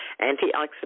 Antioxidant